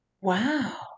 Wow